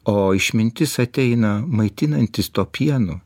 o išmintis ateina maitinantis tuo pienu